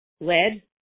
lead